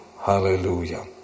hallelujah